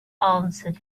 answered